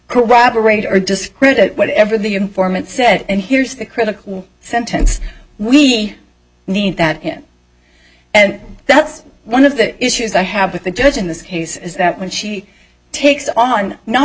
corroborate or discredit whatever the informant said and here's the critical sentence we need that and that's one of the issues i have with the judge in this case is that when she takes on not